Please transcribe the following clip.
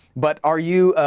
but are you,